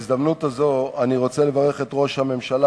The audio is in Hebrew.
בהזדמנות הזאת אני רוצה לברך את ראש הממשלה